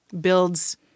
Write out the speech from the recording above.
builds